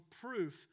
proof